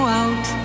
out